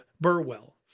Burwell